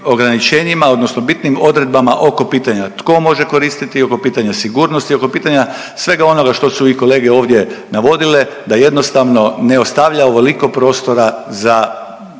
odnosno bitnim odredbama oko pitanja tko može koristiti, oko pitanja sigurnosti, oko pitanja svega onoga što su i kolege ovdje navodile da jednostavno ne ostavlja ovoliko prostora za